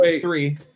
three